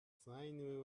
cinema